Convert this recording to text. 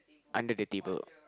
under the table